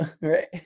right